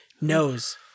knows